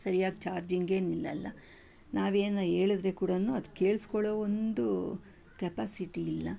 ಸರಿಯಾಗಿ ಚಾರ್ಜಿಂಗೇ ನಿಲ್ಲಲ್ಲ ನಾವೇನು ಹೇಳಿದ್ರೆ ಕೂಡ ಅದು ಕೇಳಿಸ್ಕೊಳ್ಳೋ ಒಂದು ಕೆಪಾಸಿಟಿ ಇಲ್ಲ